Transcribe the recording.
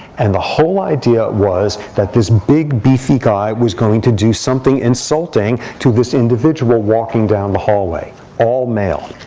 and the whole idea was that this big, beefy guy was going to do something insulting to this individual walking down the hallway, all male.